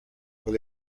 will